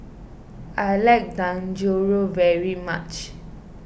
I like Dangojiru very much